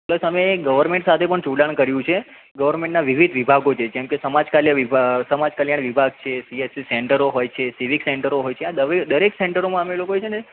plus અમે government સાથે પણ જોડાણ કર્યું છે ગવર્મેન્ટના વિવિધ વિભાગો છે જેમ કે સમાજ કાલ્ય વિભાગ સમાજકલ્યાણ વિભાગ છે સી એચ સી સેન્ટરો હોય છે સિવિક સેન્ટરો હોય છે આ દવે દરેક સેન્ટરોમાં અમે લોકોએ છે ને